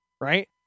right